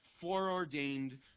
foreordained